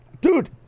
Dude